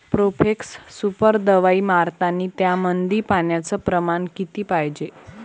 Profex Super दवाई मारतानी त्यामंदी पान्याचं प्रमाण किती पायजे?